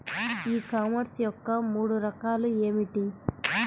ఈ కామర్స్ యొక్క మూడు రకాలు ఏమిటి?